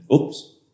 Oops